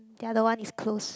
the other one is close